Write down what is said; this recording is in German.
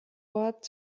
ort